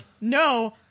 no